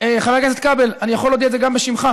חבר הכנסת כבל, אני יכול להודיע את זה גם בשמך.